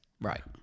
right